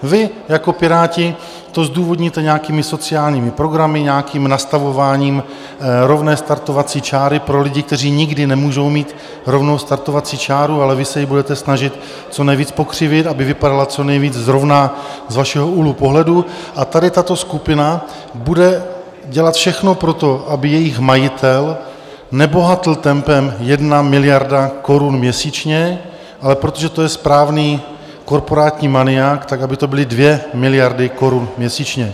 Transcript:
Vy jako Piráti to zdůvodníte nějakými sociálními programy, nějakým nastavováním rovné startovací čáry pro lidi, kteří nikdy nemůžou mít rovnou startovací čáru, ale vy se ji budete snažit co nejvíc pokřivit, aby vypadala co nejvíc zrovna z vašeho úhlu pohledu, a tady tato skupina bude dělat všechno pro to, aby jejich majitel nebohatl tempem jedna miliarda korun měsíčně, ale protože to je správný korporátní maniak, tak aby to byly dvě miliardy korun měsíčně.